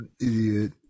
Idiot